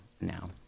now